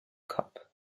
cup